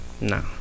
No